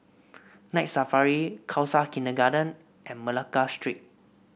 Night Safari Khalsa Kindergarten and Malacca Street